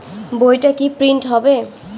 বইটা কি প্রিন্ট হবে?